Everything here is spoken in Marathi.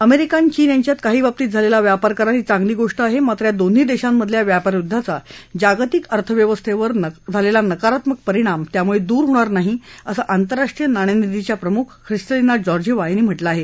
अमेरिका अणि चीन यांच्यात काही बाबतीत झालेला व्यापार करार ही चांगली गोष्ट आहे मात्र या दोन्ही देशांमधल्या व्यापारयुद्धाचा जागतिक अर्थव्यवस्थेवर झालेला नकारात्मक परिणाम त्यामुळे दूर होणार नाही असं आंतरराष्ट्रीय नाणेनिधीच्या प्रमुख खिस्टलीना जॉर्जीव्हा यांनी म्हटलं आहे